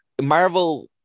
Marvel